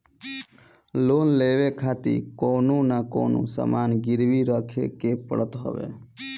loan लेवे खातिर कवनो न कवनो सामान गिरवी रखे के पड़त हवे